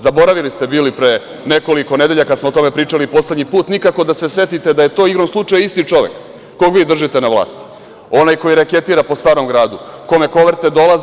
Zaboravili ste bili pre nekoliko nedelja kad smo o tome pričali i poslednji put nikako da se setite da je to, igrom slučaja, isti čovek kog vi držite na vlasti, onaj koji reketira po Starom gradu, kome koverte dolaze.